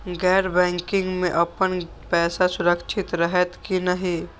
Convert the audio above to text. गैर बैकिंग में अपन पैसा सुरक्षित रहैत कि नहिं?